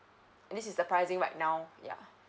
this is the pricing right now ya